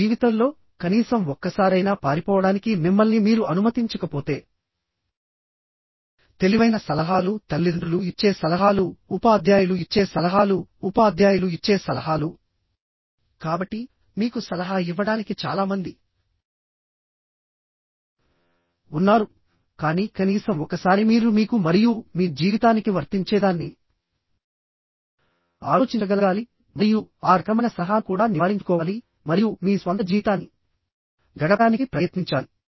మీ జీవితంలో కనీసం ఒక్కసారైనా పారిపోవడానికి మిమ్మల్ని మీరు అనుమతించకపోతే తెలివైన సలహాలు తల్లిదండ్రులు ఇచ్చే సలహాలు ఉపాధ్యాయులు ఇచ్చే సలహాలు ఉపాధ్యాయులు ఇచ్చే సలహాలు కాబట్టి మీకు సలహా ఇవ్వడానికి చాలా మంది ఉన్నారు కానీ కనీసం ఒకసారి మీరు మీకు మరియు మీ జీవితానికి వర్తించేదాన్ని ఆలోచించగలగాలి మరియు ఆ రకమైన సలహాను కూడా నివారించుకోవాలి మరియు మీ స్వంత జీవితాన్ని గడపడానికి ప్రయత్నించాలి